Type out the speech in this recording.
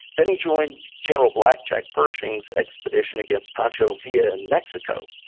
then he joined general blackjack pershing's expedition against pancho villa in mexico.